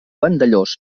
vandellòs